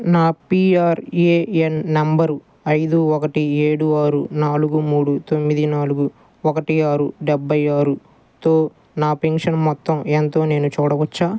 నా P R A N number ఐదు ఒకటి ఏడు ఆరు నాలుగు మూడు తొమ్మిది నాలుగు ఒకటి ఆరు డెబ్భై ఆరుతో నా పెన్షన్ మొత్తం ఎంతో నేను చూడవచ్చా